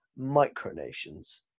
micronations